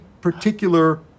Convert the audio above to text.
particular